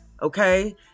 Okay